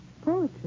poetry